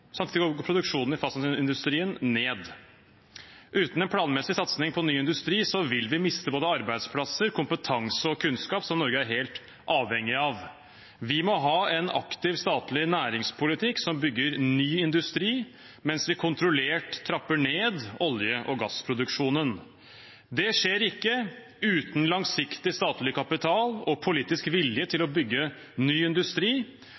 samtidig går produksjonen i fastlandsindustrien ned. Uten en planmessig satsing på ny industri vil vi miste både arbeidsplasser, kompetanse og kunnskap som Norge er helt avhengig av. Vi må ha en aktiv statlig næringspolitikk som bygger ny industri, mens vi kontrollert trapper ned olje- og gassproduksjonen. Det skjer ikke uten langsiktig statlig kapital og politisk vilje til å bygge ny industri,